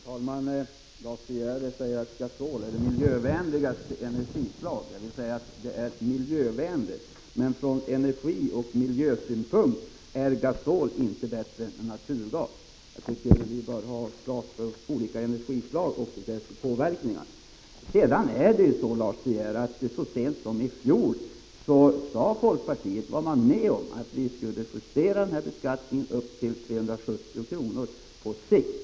Herr talman! Lars De Geer säger att gasol är det miljövänligaste energislaget. Jag vill säga att det är miljövänligt, men från energioch miljösynpunkt är gasol inte bättre än naturgas. Jag tycker vi bör ha klart för oss de olika energislagens påverkan på miljön. Sedan är det ju så, Lars De Geer, att folkpartiet så sent som i fjol var med på att man skulle justera denna beskattning upp till 370 kr. på sikt.